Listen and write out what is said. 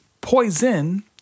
poison